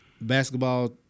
basketball